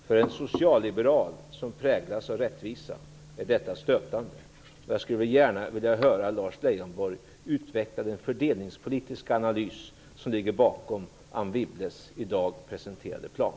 För en socialliberal som präglas av rättvisetänkande är detta stötande. Jag skulle gärna vilja höra Lars Leijonborg utveckla den fördelningspolitiska analys som ligger bakom Anne Wibbles i dag presenterade plan.